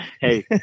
hey